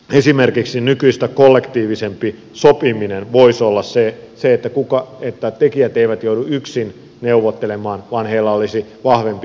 esimerkiksi nykyistä kollektiivisempi sopiminen voisi olla se keino että tekijät eivät joudu yksin neuvottelemaan vaan heillä olisi vahvempi selkänoja takana